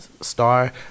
star